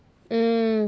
mm